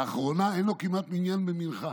לאחרונה אין לו כמעט מניין במנחה,